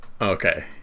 Okay